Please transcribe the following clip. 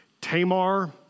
Tamar